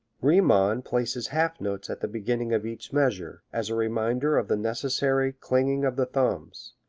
riemann places half notes at the beginning of each measure, as a reminder of the necessary clinging of the thumbs.